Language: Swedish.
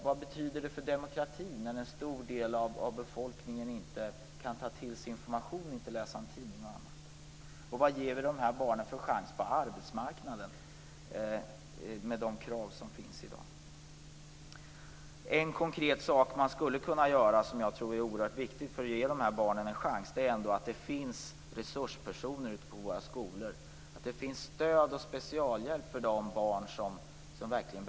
Vad betyder det för demokratin när en stor del av befolkningen inte kan ta till sig information, inte kan läsa en tidning osv., och vilken chans ger vi de här barnen på arbetsmarknaden med de krav som finns i dag? En konkret sak som man skulle kunna göra och som jag tror är oerhört viktig för att ge de här barnen en chans är att se till att det finns resurspersoner ute på våra skolor, så att de barn som verkligen behöver det får stöd och specialhjälp.